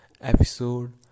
episode